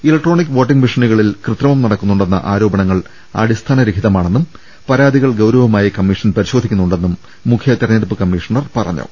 electronic voting മെഷീനുകളിൽ കൃത്രിമം നടക്കുന്നുണ്ടെന്ന ആരോപണങ്ങൾ അടിസ്ഥാന രഹിത മാണെന്നും പരാതികൾ ഗൌരവമായി കമ്മീഷൻ പരിശോ ധിക്കുന്നുണ്ടെന്നും മുഖ്യ തെരഞ്ഞെടുപ്പ് കമ്മീഷണർ പറഞ്ഞു